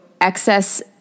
excess